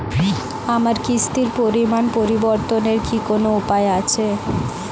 আমার কিস্তির পরিমাণ পরিবর্তনের কি কোনো উপায় আছে?